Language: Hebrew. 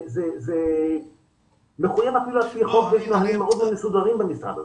זה מחויב אפילו על פי חוק ויש נהלים מאוד מסודרים במשרד הזה.